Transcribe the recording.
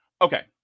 okay